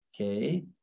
Okay